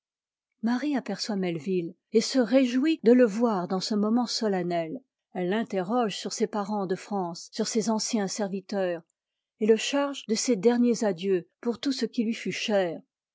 marie aperçoit melvil et se réjouit de le voir dans ce moment solennel elle l'interroge sur ses parents de france sur ses anciens serviteurs et le charge de ses derniers adieux pour tout ce qui lui fut cher